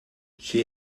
she